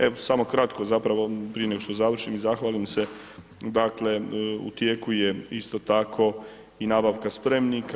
Evo, samo kratko zapravo prije nego što završim i zahvalim se, dakle u tijeku je isto tako i nabavka spremnika.